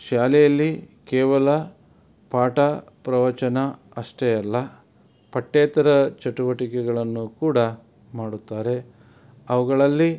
ಶಾಲೆಯಲ್ಲಿ ಕೇವಲ ಪಾಠ ಪ್ರವಚನ ಅಷ್ಟೇ ಅಲ್ಲ ಪಠ್ಯೇತರ ಚಟುವಟಿಕೆಗಳನ್ನು ಕೂಡ ಮಾಡುತ್ತಾರೆ ಅವುಗಳಲ್ಲಿ